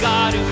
God